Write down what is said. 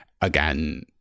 Again